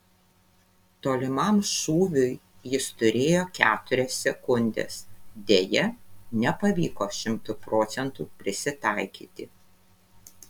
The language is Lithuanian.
tolimam šūviui jis turėjo keturias sekundes deja nepavyko šimtu procentų prisitaikyti